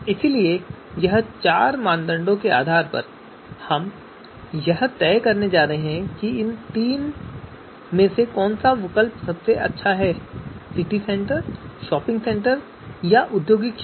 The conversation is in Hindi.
इसलिए इन चार मानदंडों के आधार पर हम यह तय करने जा रहे हैं कि इन तीनों में से कौन सा विकल्प सबसे अच्छा है सिटी सेंटर शॉपिंग सेंटर या औद्योगिक क्षेत्र